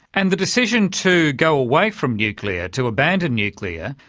and the decision to go away from nuclear, to abandon nuclear,